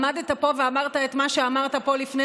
עמדת פה ואמרת את מה שאמרת פה לפני